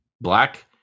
black